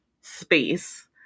space